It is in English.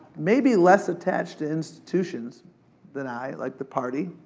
maybe less attached to institutions than i, like the party,